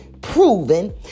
proven